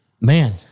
man